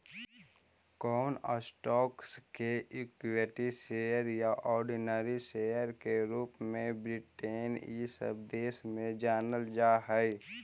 कौन स्टॉक्स के equity share या ऑर्डिनरी शेयर के रूप में ब्रिटेन इ सब देश में जानल जा हई